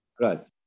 right